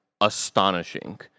astonishing